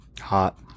Hot